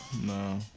No